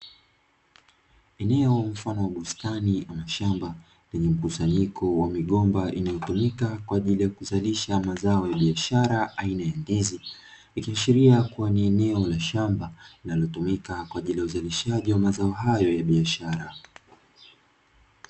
Eneo mfano wa bustani ama shamba lenye mkusanyiko wa migomba inayotumika kwa ajili ya kuzalisha mazao ya biashara aina ya ndizi, ikiashiria kuwa ni eneo la shamba linalotumika kwa ajili ya uzalishaji wa mazao hayo ya biashara.